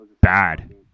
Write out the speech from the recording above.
bad